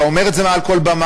אתה אומר את זה מעל כל במה,